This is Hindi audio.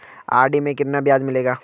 आर.डी में कितना ब्याज मिलेगा?